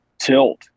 tilt